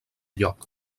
lloc